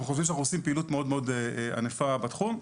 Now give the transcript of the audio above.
אנחנו חושבים שאנחנו עושים פעילות מאוד ענפה בתחום.